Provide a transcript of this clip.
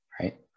right